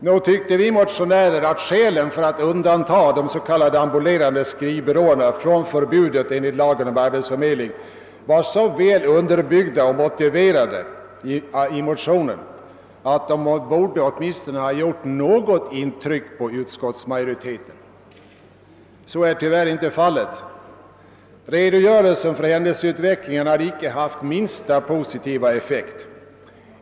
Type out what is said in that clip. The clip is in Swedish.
Nog tyckte vi motionärer att skälen för att undanta de s.k. ambulerande skrivbyråerna från förbudet enligt lagen om arbetsförmedling var så väl underbyggda att de åtminstone hade bort göra något intryck på utskottsmajoriteten. Så är tyvärr inte fallet. Redogörelsen för händelseutvecklingen har inte haft minsta positiva effekt.